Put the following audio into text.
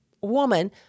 woman